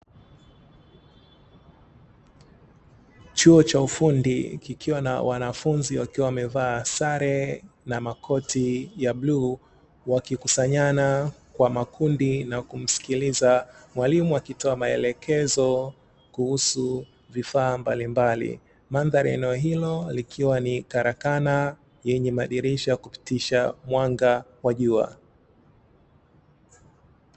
chuo cha ufundi kikiwa na wanafunzi wakiwa wamevaa sare na makoti ya bluu wakikusanyana kwa makundi na kumsikiliza mwalimu akitoa maelekezo kuhusu vifaa mbalimbali, mandhari ya eneo hilo ikiwani karakana yenye madirisha ya kupitisha mwanga wa jua.